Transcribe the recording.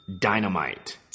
dynamite